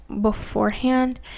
beforehand